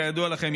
כידוע לכם,